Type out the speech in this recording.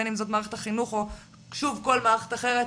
בין אם זאת מערכת החינוך או כל מערכת אחרת,